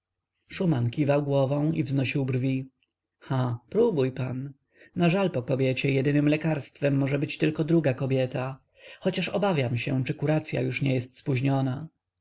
kiwał głową i wznosił brwi ha próbuj pan na żal po kobiecie jedynem lekarstwem może być tylko druga kobieta chociaż obawiam się czy kuracya już nie jest spóźniona